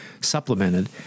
supplemented